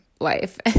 life